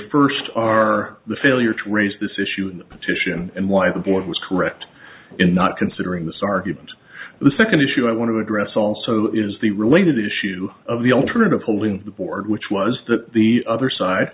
first are the failure to raise this issue in the petition and why the board was correct in not considering this argument the second issue i want to address also is the related issue of the alternative holding the board which was that the other side